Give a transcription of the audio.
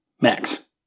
max